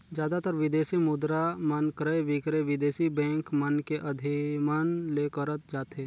जादातर बिदेसी मुद्रा मन क्रय बिक्रय बिदेसी बेंक मन के अधिमन ले करत जाथे